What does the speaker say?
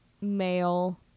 male